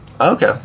Okay